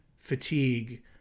Fatigue